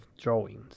drawings